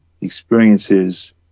experiences